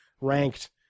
ranked